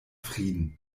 frieden